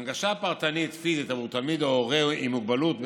הנגשה פרטנית פיזית עבור תלמיד או הורה עם מוגבלות,